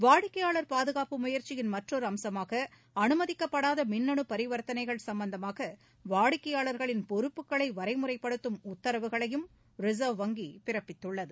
வாடிக்கைபாளர் பாதுகாப்பு முயற்சியின் மற்றொரு அம்சமாக அனுமதிக்கப்படாத மின்னனு பரிவர்த்தனைகள் சும்பந்தமாக வாடிக்கையாளர்களின் பொறுப்புகளை வரைமுறைப்படுத்தும் உத்தரவுகளையும் ரிசர்வ் வங்கி பிறப்பித்துள்ளது